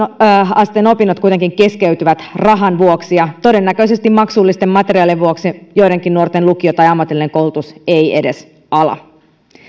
asteen opinnot kuitenkin keskeytyvät rahan vuoksi ja todennäköisesti maksullisten materiaalien vuoksi joidenkin nuorten lukio tai ammatillinen koulutus ei edes ala